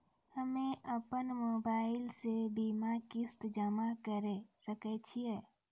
हम्मे अपन मोबाइल से बीमा किस्त जमा करें सकय छियै?